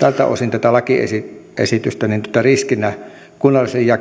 tältä osin tätä lakiesitystä riskinä kunnalliselle